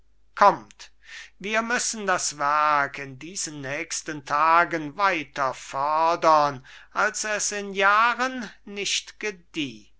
kommt wir müssen das werk in diesen nächsten tagen weiter fördern als es in jahren nicht gedieh